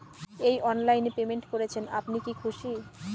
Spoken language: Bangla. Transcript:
এই অনলাইন এ পেমেন্ট করছেন আপনি কি খুশি?